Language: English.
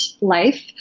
life